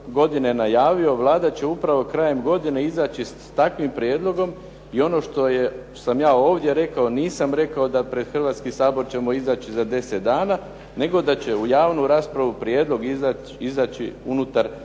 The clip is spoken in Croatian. godine najavio Vlada će upravo krajem godine izaći s takvim prijedlogom i ono što sam ja ovdje rekao nisam rekao da pred Hrvatski sabor ćemo izaći za 10 dana, nego da će u javnu raspravu prijedlog izaći unutar 10